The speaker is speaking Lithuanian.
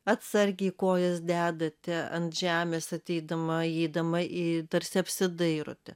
atsargiai kojas dedate ant žemės ateidama įeidama į tarsi apsidairote